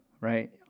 right